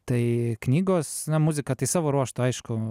tai knygos muzika tai savo ruožtu aišku